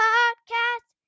Podcast